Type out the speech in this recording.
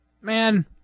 Man